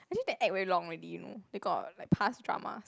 actually they act very long already you know they got like past drama